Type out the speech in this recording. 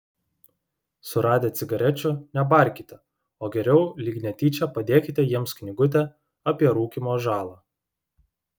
suradę cigarečių nebarkite o geriau lyg netyčia padėkite jiems knygutę apie rūkymo žalą